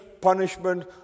punishment